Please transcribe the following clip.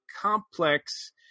complex